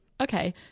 okay